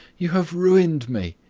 you have ruined me!